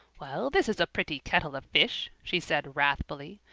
well, this is a pretty kettle of fish, she said wrathfully.